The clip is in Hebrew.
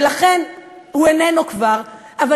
ולכן הוא כבר איננו,